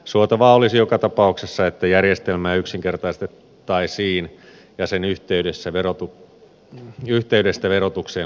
suotavaa olisi joka tapauksessa että järjestelmää yksinkertaistettaisiin ja sen yhteydestä verotukseen luovuttaisiin